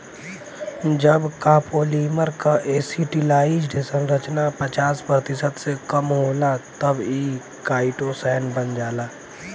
जब कॉपोलीमर क एसिटिलाइज्ड संरचना पचास प्रतिशत से कम होला तब इ काइटोसैन बन जाला